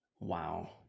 wow